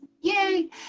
yay